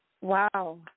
wow